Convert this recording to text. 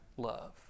love